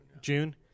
June